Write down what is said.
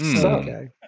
okay